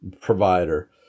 provider